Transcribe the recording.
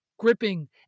gripping